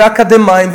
ואקדמאים,